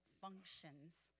functions